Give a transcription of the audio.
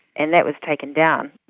and that was taken down.